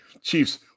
Chiefs